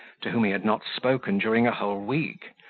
to whom he had not spoken during a whole week,